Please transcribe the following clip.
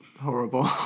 horrible